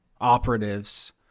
operatives